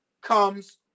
comes